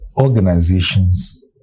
organizations